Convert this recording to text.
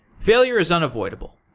failure is unavoidable.